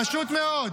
פשוט מאוד.